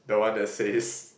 the one that says